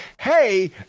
hey